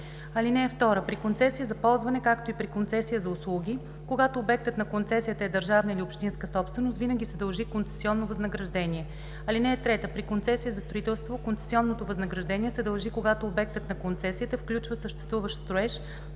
(2) При концесия за ползване, както и при концесия за услуги, когато обектът на концесията е държавна или общинска собственост, винаги се дължи концесионно възнаграждение. (3) При концесия за строителство концесионно възнаграждение се дължи, когато обектът на концесията включва съществуващ строеж,